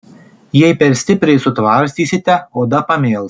jei per stipriai sutvarstysite oda pamėls